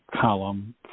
column